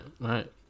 right